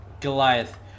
Goliath